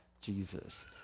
Jesus